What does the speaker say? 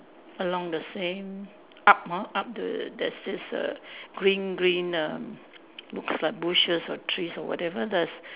along the same up hor up the there's this err green green err looks like bushes or trees or whatever does